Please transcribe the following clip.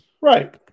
Right